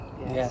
Yes